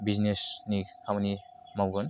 बिजनेसनि खामानि मावगोन